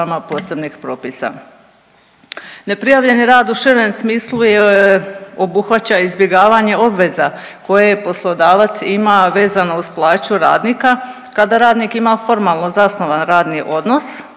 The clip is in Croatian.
posebnih propisa. Neprijavljeni rad u širem smislu je obuhvaćaj i izbjegavanje obveza koje je poslodavac ima vezano uz plaću radnika kada radnik ima formalno zasnovan radni odnos,